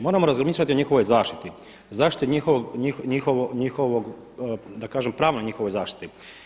Moramo razmišljati o njihovoj zaštiti, zaštiti njihovog, da kažem pravnoj njihovoj zaštiti.